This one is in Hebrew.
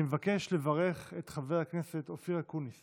אני מבקש לברך את חבר הכנסת אופיר אקוניס